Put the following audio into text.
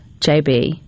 JB